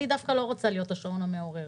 אני דווקא לא רוצה להיות השעון המעורר.